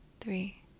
three